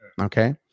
okay